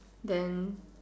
then